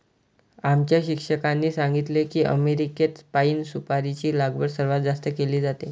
आमच्या शिक्षकांनी सांगितले की अमेरिकेत पाइन सुपारीची लागवड सर्वात जास्त केली जाते